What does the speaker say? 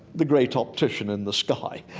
the great optician in the sky.